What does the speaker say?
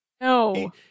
No